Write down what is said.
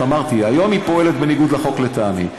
אמרתי: היום היא פועלת בניגוד לחוק, לטעמי.